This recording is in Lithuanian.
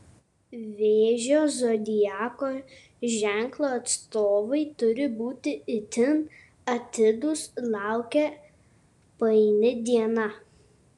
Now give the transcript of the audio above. vėžio zodiako ženklo atstovai turi būti itin atidūs laukia paini diena